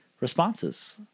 responses